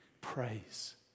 praise